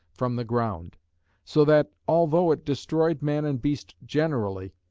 from the ground so that although it destroyed man and beast generally,